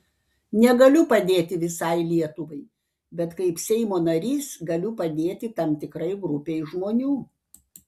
negaliu padėti visai lietuvai bet kaip seimo narys galiu padėti tam tikrai grupei žmonių